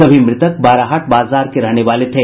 सभी मृतक बाराहाट बाजार के रहने वाले थे